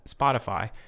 Spotify